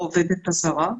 או העובדת הזרה.